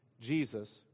Jesus